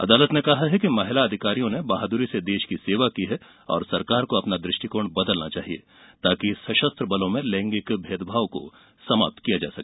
अदालत ने कहा कि महिला अधिकारियों ने बहाद्री से देश की सेवा की है और सरकार को अपना दृष्टिकोण बदलना चाहिए ताकि सशस्त्र बलों में लैंगिक भेदभाव समाप्त किया जा सके